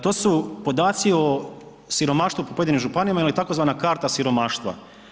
To su podaci o siromaštvu po pojedinim županijama ili tzv. karta siromaštva.